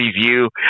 review